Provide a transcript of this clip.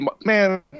Man